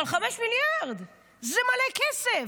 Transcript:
אבל 5 מיליארד זה מלא כסף.